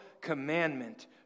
commandment